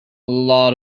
lot